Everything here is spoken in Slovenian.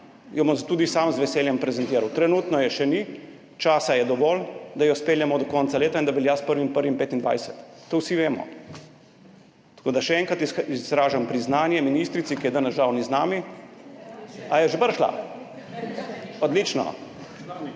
jo bom tudi sam z veseljem prezentiral, trenutno je še ni, časa je dovolj, da jo speljemo do konca leta in da velja s 1. 1. 2025, to vsi vemo. Tako da še enkrat izražam priznanje ministrici, ki je danes žal ni z nami, – a, je že prišla, odlično,